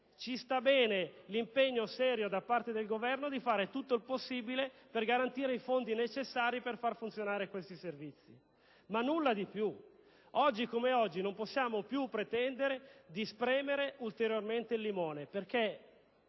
accettiamo l'impegno serio del Governo di fare tutto il possibile per garantire i fondi necessari per far funzionare questi servizi, ma nulla di più. Oggi non possiamo più pretendere di spremere ulteriormente il limone, perché